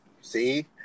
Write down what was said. see